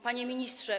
Panie Ministrze!